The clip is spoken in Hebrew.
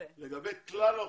לגבי כלל האוכלוסייה,